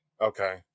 okay